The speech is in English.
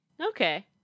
Okay